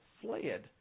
fled